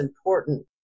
important